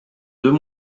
deux